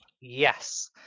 Yes